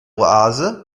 oase